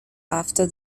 after